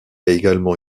également